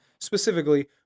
specifically